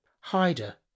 Hyder